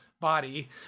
body